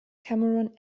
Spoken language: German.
cameron